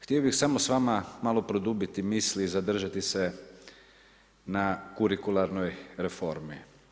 Htio bih samo s vama malo produbiti misli i zadržati se na kurikularnoj reformi.